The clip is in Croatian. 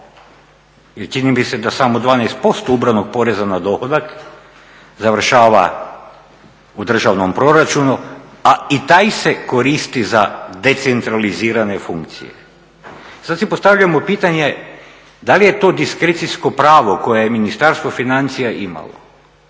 jer čini mi se da samo 12% ubranog poreza na dohodak završava u državnom proračunu a i taj se koristi za decentralizirane funkcije. I sada si postavljamo pitanje da li je to diskrecijsko pravo koje je Ministarstvo financija imalo,